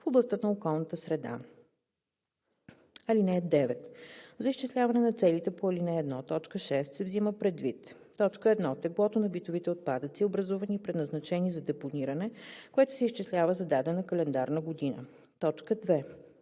в областта на околната среда. (9) За изчисляване на целите по ал. 1, т. 6 се взема предвид: 1. теглото на битовите отпадъци, образувани и предназначени за депониране, което се изчислява за дадена календарна година; 2.